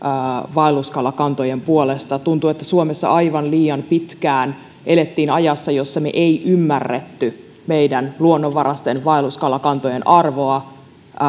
vaelluskalakantojen puolesta tuntuu että suomessa aivan liian pitkään elettiin ajassa jossa me emme ymmärtäneet meidän luonnonvaraisten vaelluskalakantojen arvoa